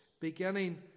beginning